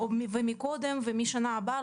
מן השנים קודם ומשנה הבאה,